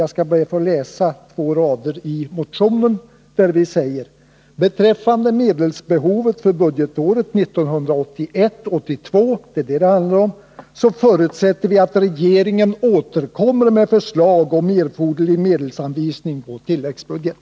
Jag skall be att få läsa två rader i motionen, där vi säger: ”Beträffande medelsbehovet för budgetåret 1981/82” — det är det som det handlar om — ”förutsätter vi att regeringen återkommer med förslag om erforderlig medelsanvisning på tilläggsbudget.”